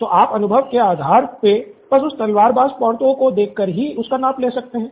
तो आप अनुभव के आधार पे बस उस तलवारबाज़ पार्थो को देखकर ही उसका नाप ले सकते हैं